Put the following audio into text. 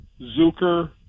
Zucker